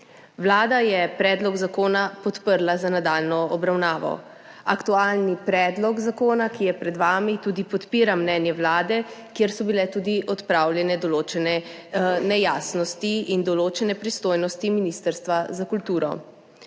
Vlada je predlog zakona podprla za nadaljnjo obravnavo. Aktualni predlog zakona, ki je pred vami, tudi podpira mnenje Vlade, kjer so bile odpravljene tudi določene nejasnosti in določene pristojnosti Ministrstva za kulturo.